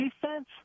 defense